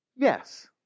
Yes